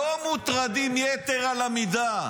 לא מוטרדים יתר על המידה.